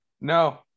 No